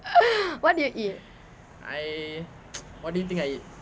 what did you eat